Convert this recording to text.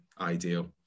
ideal